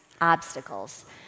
obstacles